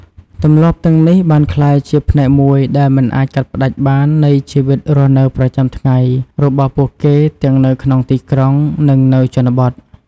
ទម្លាប់ទាំងនេះបានក្លាយជាផ្នែកមួយដែលមិនអាចកាត់ផ្តាច់បាននៃជីវិតរស់នៅប្រចាំថ្ងៃរបស់ពួកគេទាំងនៅក្នុងទីក្រុង និងនៅជនបទ។